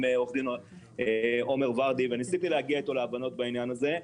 עורך דין עומר ורדי וניסיתי להגיע אתו להבנות בעניין הזה.